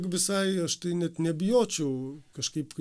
visai aš tai net nebijočiau kažkaip